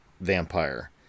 vampire